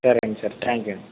సరే అండి సరే థ్యాంక్ యూ అండి